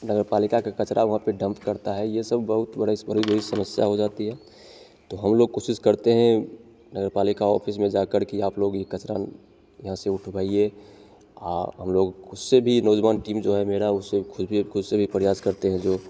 नगर पालिका के कचरा वहाँ पे डम्प करता है ये बहुत बड़ा समस्या हो जाती है तो हम लोग कोशिश करते हैं नगर पालिका ऑफिस में जाकर कि आप लोग ये कचड़ा यहाँ से उठवाइए आप हम लोग उससे भी नौजवान टीम जो है मेरा उससे खुद भी खुद से प्रयास करते हैं जो